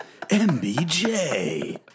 MBJ